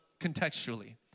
contextually